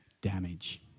damage